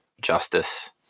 justice